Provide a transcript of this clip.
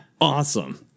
awesome